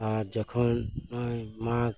ᱟᱨ ᱡᱚᱠᱷᱚᱱ ᱱᱚᱜ ᱚᱭ ᱢᱟᱜᱽ